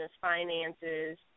finances